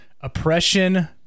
Oppression